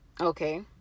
okay